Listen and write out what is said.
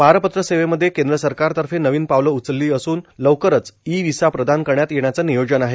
पारपत्र सेवेमध्ये केंद्र सरकार तर्फे नवीन पावलं उचलली असून लवकरच इ विसा प्रदान करण्यात येण्याचं नियोजन आहे